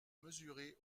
mesuré